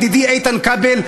ידידי איתן כבל,